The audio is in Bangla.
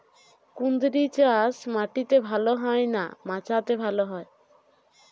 কুঁদরি চাষ মাটিতে ভালো হয় না মাচাতে ভালো হয়?